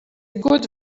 good